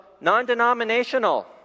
non-denominational